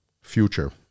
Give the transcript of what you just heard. future